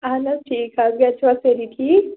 اَہَن حظ ٹھیٖک حظ گَرِ چھُوا سٲری ٹھیٖک